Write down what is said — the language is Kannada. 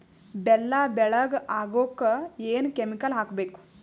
ಬೆಲ್ಲ ಬೆಳಗ ಆಗೋಕ ಏನ್ ಕೆಮಿಕಲ್ ಹಾಕ್ಬೇಕು?